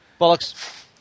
Bollocks